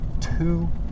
two